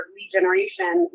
regeneration